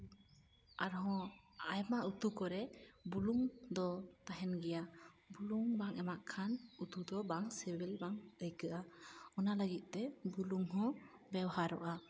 ᱟᱨᱦᱚᱸ ᱟᱭᱢᱟ ᱩᱛᱩ ᱠᱚᱨᱮ ᱵᱩᱞᱩᱝ ᱫᱚ ᱛᱟᱦᱮᱱ ᱜᱮᱭᱟ ᱵᱩᱞᱩᱝ ᱵᱟᱝ ᱮᱢᱟᱜ ᱠᱷᱟᱱ ᱩᱛᱩ ᱫᱚ ᱵᱟᱝ ᱥᱮᱵᱮᱞ ᱵᱟᱝ ᱟᱹᱭᱠᱟᱹᱜᱼᱟ ᱚᱱᱟ ᱞᱟᱹᱜᱤᱫ ᱛᱮ ᱵᱩᱞᱩᱝ ᱦᱚᱸ ᱵᱮᱣᱦᱟᱨᱚᱜᱼᱟ